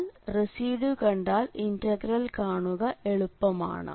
എന്നാൽ റെസിഡ്യൂ കണ്ടാൽ ഇന്റഗ്രൽ കാണുക എളുപ്പമാണ്